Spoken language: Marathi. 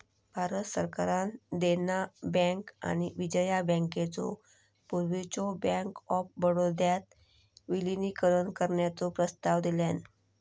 भारत सरकारान देना बँक आणि विजया बँकेचो पूर्वीच्यो बँक ऑफ बडोदात विलीनीकरण करण्याचो प्रस्ताव दिलान